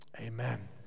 Amen